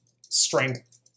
strength